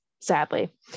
sadly